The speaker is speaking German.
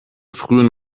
frühen